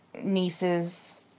nieces